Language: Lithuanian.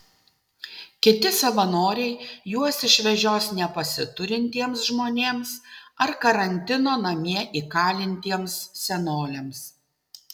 kiti savanoriai juos išvežios nepasiturintiems žmonėms ar karantino namie įkalintiems senoliams